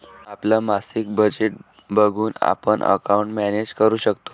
आपलं मासिक बजेट बनवून आपण अकाउंट मॅनेज करू शकतो